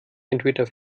entweder